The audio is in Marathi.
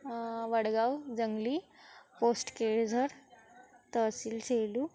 वडगाव जंगली पोस्ट केळझर तहसील सेलू